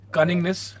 Cunningness